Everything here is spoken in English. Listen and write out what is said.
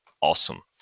awesome